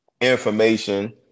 information